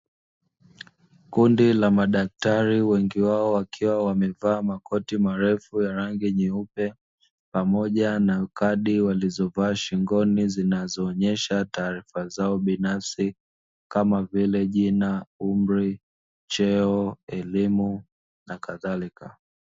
Kundi la madaktari wengi wao wakiwa wamevaa makoti marefu ya rangi nyeupe, pamoja na kadi walizovaa shingoni zinazoonyesha taarifa zao binafsi kama vile: jina, umri, cheo, elimu nakadhalika.